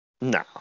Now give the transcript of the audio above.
No